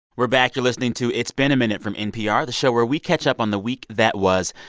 we're back. you're listening to it's been a minute from npr, the show where we catch up on the week that was.